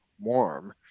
warm